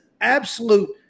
absolute